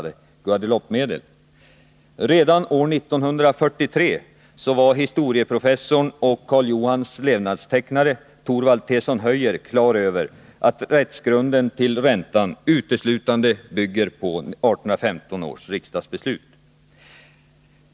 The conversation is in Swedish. Guadeloupemedel. Redan år 1943 var historieprofessorn och Karl Johans levnadstecknare, Thorvald T:son Höjer, på det klara med att rättsgrunden till räntan uteslutande bygger på 1815 års riksdagsbeslut.